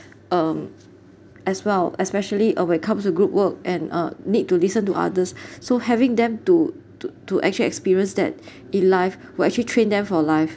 um as well especially uh when comes to group work and uh need to listen to others so having them to to to actually experience that in life will actually train them for life